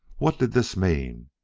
what did this mean?